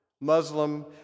Muslim